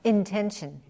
Intention